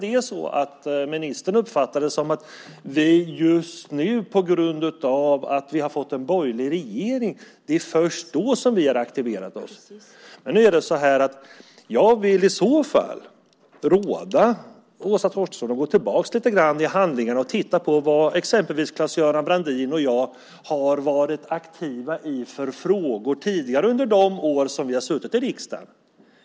Därför kanske ministern uppfattar det som att vi först nu, på grund av att vi fått en borgerlig regering, aktiverat oss. : Precis.) I så fall vill jag råda Åsa Torstensson att gå tillbaka lite grann och titta i handlingarna för att se vilka frågor exempelvis Claes-Göran Brandin och jag varit aktiva i under de år vi suttit i riksdagen.